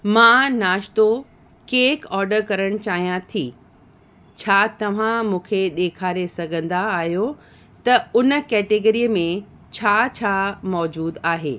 मां नाश्तो cake order करण चाहियां थो छा तव्हां मूंखे ॾेखारे सघंदा आहियो त उन कैटेगरीअ में छा छा मौजूदु आहे